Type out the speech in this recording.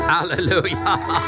Hallelujah